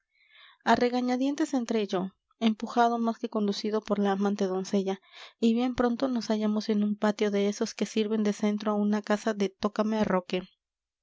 a regañadientes entré yo empujado más que conducido por la amante doncella y bien pronto nos hallamos en un patio de esos que sirven de centro a una casa de